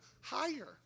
higher